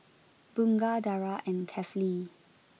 Bunga Dara and Kefli